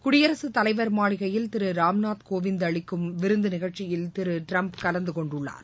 குடியரசுத் தலைவர் மாளிகையில் திரு ராம்நூத் கோவிந்த் அளிக்கும் விருந்து நிகழ்ச்சியில் திரு டிரம்ப் கலந்துகொண்டுள்ளார்